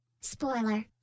Spoiler